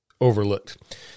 Overlooked